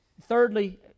Thirdly